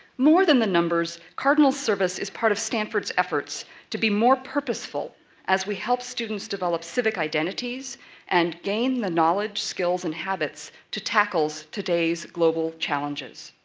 more than the numbers, cardinal service is part of stanford's efforts to be more purposeful as we help students develop civic identities and gain the knowledge, skills, and habits to tackle today's global challenges.